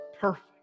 Perfect